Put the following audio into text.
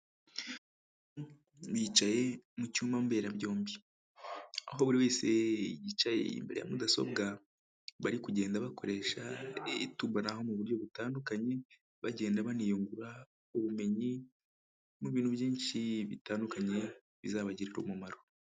Nicaye mu cyumba mberabyombi aho buri wese yicaye imbere ya mudasobwa bari kugenda bakoresha itumanaho mu buryo butandukanye bagenda baniyungura ubumenyi mu bintu byinshi bitandukanye bizabagirira umumaro.